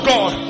God